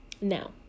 Now